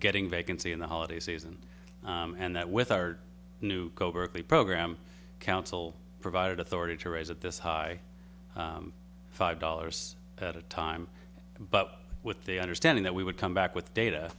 getting vacancy in the holiday season and that with our new covertly program council provided authority to raise at this high five dollars at a time but with the understanding that we would come back with data